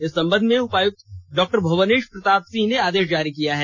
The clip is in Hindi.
इस संबंध में उपायुक्त डॉ भुवनेश प्रताप सिंह ने आदेश जारी किया है